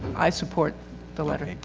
i support the letter.